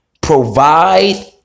provide